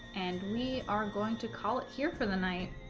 and we are going to call it here for the night